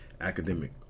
academic